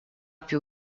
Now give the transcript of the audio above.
più